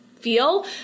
feel